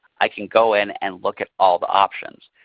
i can go in and look at all the options.